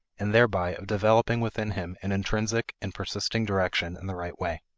and thereby of developing within him an intrinsic and persisting direction in the right way.